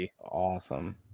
awesome